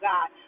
God